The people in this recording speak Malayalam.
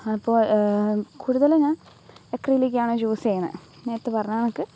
അപ്പോള് കൂടുതല് ഞാൻ അക്രലിക്കാണ് ചൂസെയ്യണേ നേരത്തെ പറഞ്ഞ കണക്ക്